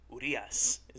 Urias